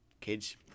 Kids